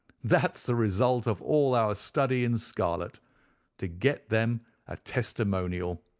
that's the result of all our study in scarlet to get them a testimonial!